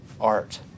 art